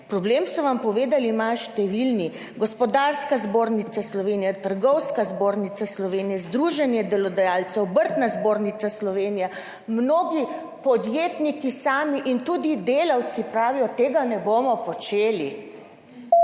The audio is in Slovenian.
problem, so vam povedali, imajo številni, Gospodarska zbornica Slovenije, Trgovska zbornica Slovenije, Združenje delodajalcev, Obrtna zbornica Slovenije, mnogi podjetniki sami. In tudi delavci pravijo, tega ne bomo počeli.